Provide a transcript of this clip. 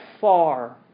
far